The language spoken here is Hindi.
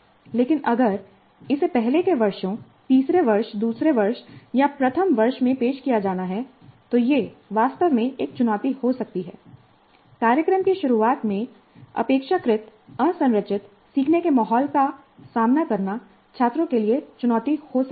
लेकिन अगर इसे पहले के वर्षों तीसरे वर्ष दूसरे वर्ष या प्रथम वर्ष में पेश किया जाना है तो यह वास्तव में एक चुनौती हो सकती है कार्यक्रम की शुरुआत में अपेक्षाकृत असंरचित सीखने के माहौल का सामना करना छात्रों के लिए चुनौती हो सकती है